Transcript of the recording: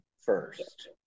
first